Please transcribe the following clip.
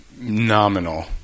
Nominal